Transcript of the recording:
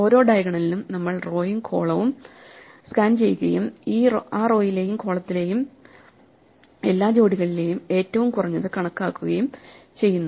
ഓരോ ഡയഗണലിനും നമ്മൾ റോയും കോളവും സ്കാൻ ചെയ്യുകയും ആ റോയിലെയും കോളത്തിലെയും എല്ലാ ജോഡികളിലെയും ഏറ്റവും കുറഞ്ഞത് കണക്കാക്കുകയും ചെയ്യുന്നു